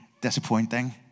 disappointing